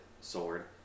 sword